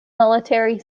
military